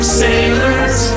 sailors